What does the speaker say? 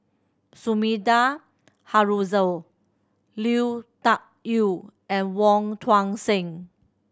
Sumida Haruzo Lui Tuck Yew and Wong Tuang Seng